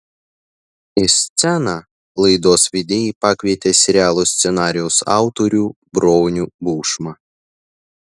į sceną laidos vedėjai pakvietė serialo scenarijaus autorių bronių bušmą